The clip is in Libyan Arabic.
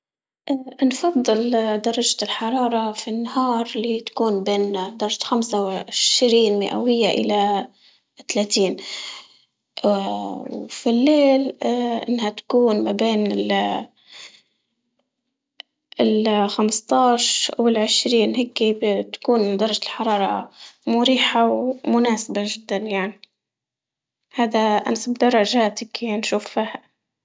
اه نفضل اه درجة الحرارة في النهار لي تكون بين اه درجة خمسة وعشرين مئوية الى ثلاثين، اه وفي الليل اه إنها تكون ما بين خمسطعش والعشرين هيك بتكون الحرارة مريحة ومناحبة جدا يعني، هذا الف الدرجات كيا نشوفها.